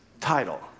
title